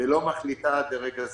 ולא מחליטה עד לרגע זה.